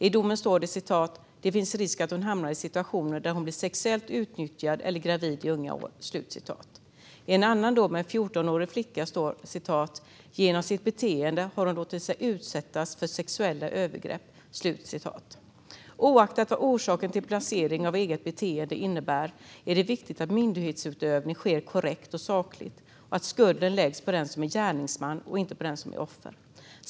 I domen står det: Det finns risk att hon hamnar i situationer där hon blir sexuellt utnyttjad eller gravid i unga år. I en annan dom gällande en 14-årig flicka står det: Genom sitt beteende har hon låtit sig utsättas för sexuella övergrepp. Oavsett vad orsaken till placering utifrån eget beteende innebär är det viktigt att myndighetsutövning sker korrekt och sakligt och att skulden läggs på den som är gärningsman och inte på den som är offer.